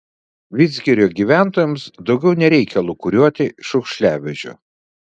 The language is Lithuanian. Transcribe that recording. vidzgirio gyventojams daugiau nereikia lūkuriuoti šiukšliavežio